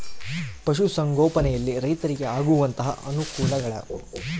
ಪಶುಸಂಗೋಪನೆಯಲ್ಲಿ ರೈತರಿಗೆ ಆಗುವಂತಹ ಅನುಕೂಲಗಳು?